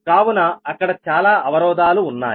కావున అక్కడ చాలా అవరోధాలు ఉన్నాయి